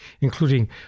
including